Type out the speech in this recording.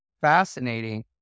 Fascinating